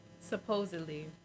Supposedly